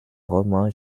roman